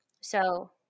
So-